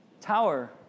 Tower